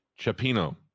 Chapino